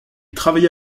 travailla